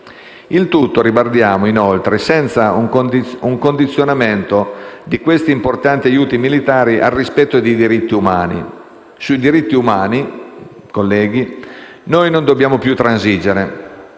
Il tutto - ribadiamo - avviene senza un condizionamento degli importanti aiuti militari al rispetto dei diritti umani. Sui diritti umani, colleghi, noi non dobbiamo più transigere.